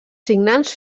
signants